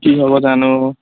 কি হ'ব জানো